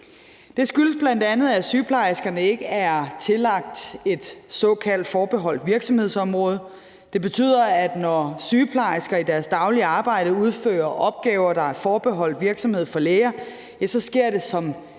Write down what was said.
Det skyldes bl.a., at sygeplejerskerne ikke er tillagt et såkaldt forbeholdt virksomhedsområde. Det betyder, at når sygeplejersker i deres daglige arbejde udfører opgaver, der er forbeholdt virksomhed for læger, sker det som